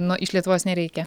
nuo iš lietuvos nereikia